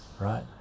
right